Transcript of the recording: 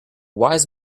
wise